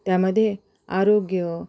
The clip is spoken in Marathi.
त्यामध्ये आरोग्य